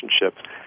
relationships